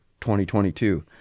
2022